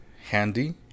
handy